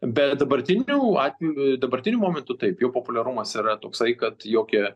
bet dabartiniu atveju dabartiniu momentu taip jau populiarumas yra toksai kad jokie